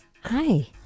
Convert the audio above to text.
Hi